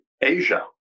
Asia